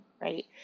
right